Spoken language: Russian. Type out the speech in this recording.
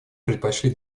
предпочли